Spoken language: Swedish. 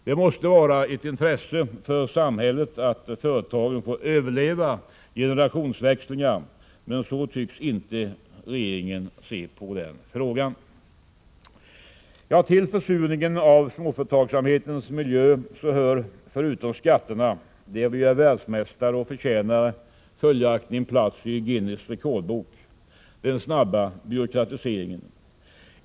Det måste vara ett intresse för samhället att företagen får överleva generationsväxlingar, men så tycks inte regeringen se på frågan. Till försurningen av småföretagsamhetens miljö hör förutom skatterna — där är vi världsmästare och förtjänar följaktligen en plats i Guinness rekordbok — den snabba byråkratiseringen.